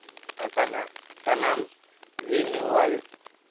ᱡᱚᱢᱟ ᱟᱠᱟᱱᱟ ᱥᱟᱱᱟᱢ ᱨᱮᱱᱤᱭᱩᱣᱟᱞ